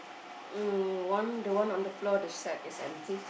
um one the one on the floor the sack is empty